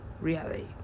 reality